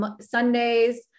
Sundays